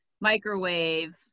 microwave